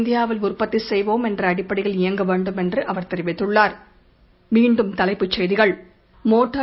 இந்தியாவில் உற்பத்தி சுசெய்வோம் என்ற அடிப்படையில் இயங்க வேண்டும் என்று அவர் தெரிவித்துள்ளார்